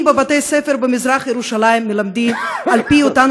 אם בבתי-ספר במזרח ירושלים מלמדים על פי אותן